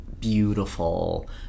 beautiful